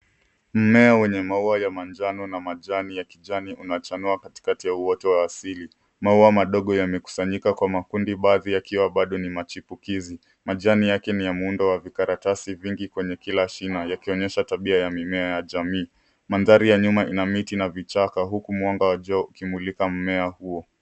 Mmea wenye maua ya manjano na majani ya kijani unachanua katikati ya uoto wa asili maua madogo yamekusanyika kwa makundi baadhi yakiwa bado ni machipukizi . Majani yake niya muundo wa vikaratasi vingi kwenye kila shina yakionyesha tabia ya mimea ya jamii. Mandari ya nyuma ina miti na vichaka huku mwanga wa jua ukumulika mmea huo.